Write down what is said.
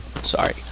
sorry